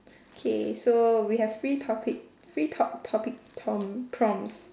okay so we have free topic free talk topic tom~ prompts